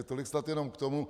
Tolik snad jenom k tomu.